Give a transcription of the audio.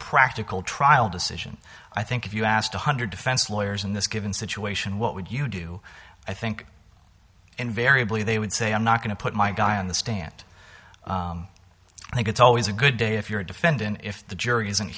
practical trial decision i think if you asked one hundred defense lawyers in this given situation what would you do i think invariably they would say i'm not going to put my guy on the stand i think it's always a good day if you're a defendant if the jury isn't